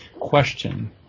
question